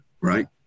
Right